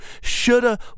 shoulda